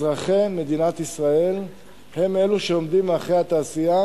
אזרחי מדינת ישראל הם אלו שעומדים מאחורי התעשייה,